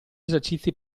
esercizi